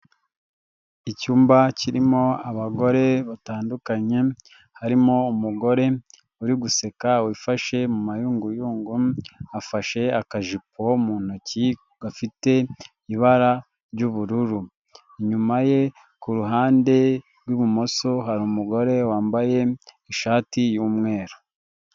Icyumba kirimo abagore batandukanye, harimo umugore uri guseka, wifashe mu mayunguyungu, afashe akajipo mu ntoki gafite ibara ry'ubururu. Inyuma ye, ku ruhande rw'ibumoso, hari umugore wambaye ishati y'umweru.